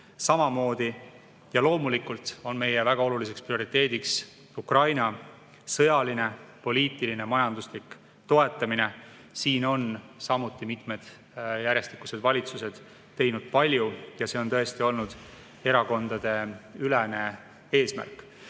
samamoodi. Ja loomulikult on meie väga oluliseks prioriteediks Ukraina sõjaline, poliitiline ja majanduslik toetamine. Siin on samuti mitmed järjestikused valitsused teinud palju ja see on tõesti olnud erakondadeülene eesmärk.